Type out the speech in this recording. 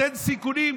אין סיכונים,